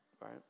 Right